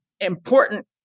important